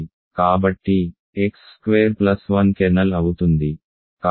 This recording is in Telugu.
కాబట్టి x స్క్వేర్ ప్లస్ 1 కెర్నల్ అవుతుంది